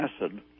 acid